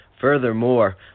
Furthermore